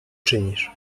czynisz